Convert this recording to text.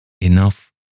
Enough